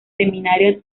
seminario